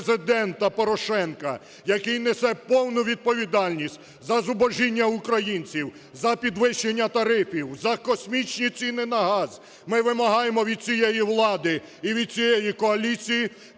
Президента Порошенка, який несе повну відповідальність за зубожіння українців, за підвищення тарифів, за космічні ціни на газ. Ми вимагаємо від цієї влади і від цієї коаліції